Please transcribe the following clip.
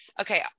okay